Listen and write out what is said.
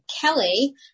Kelly